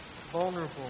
vulnerable